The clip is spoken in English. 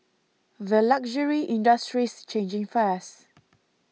the luxury industry's changing fast